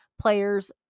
players